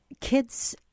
kids